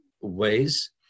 ways